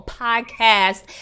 podcast